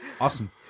awesome